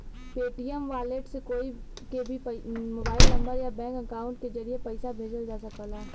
Paytm wallet से कोई के भी मोबाइल नंबर या बैंक अकाउंट के जरिए पइसा भेजल जा सकला